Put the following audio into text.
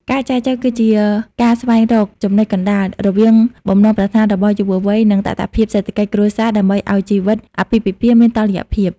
ការចែចូវគឺជាការស្វែងរក "ចំណុចកណ្ដាល" រវាងបំណងប្រាថ្នារបស់យុវវ័យ និងតថភាពសេដ្ឋកិច្ចគ្រួសារ ដើម្បីឱ្យជីវិតអាពាហ៍ពិពាហ៍មានតុល្យភាព។